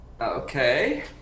Okay